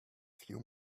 few